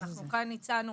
אנחנו כאן הצענו